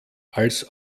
als